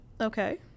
okay